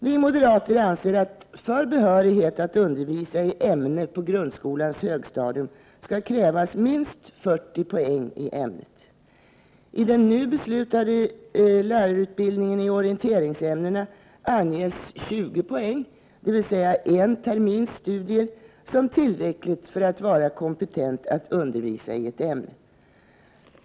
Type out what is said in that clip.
Vi moderater anser att för behörighet att undervisa i ett ämne på grundskolans högstadium skall krävas minst 40 poäng i ämnet. I den nu beslutade lärarutbildningen i orienteringsämnena anges 20 poäng, dvs. en termins studier, som tillräckligt för att man skall vara kompetent att undervisa i ett ämne.